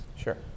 Sure